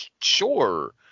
Sure